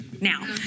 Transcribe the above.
now